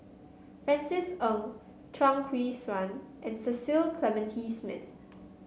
Francis Ng Chuang Hui Tsuan and Cecil Clementi Smith